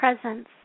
presence